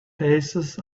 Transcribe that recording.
paces